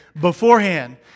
beforehand